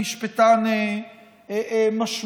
הוא משפטן משמעותי,